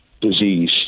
disease